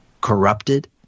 Corrupted